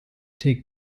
take